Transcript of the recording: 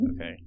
okay